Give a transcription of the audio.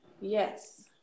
Yes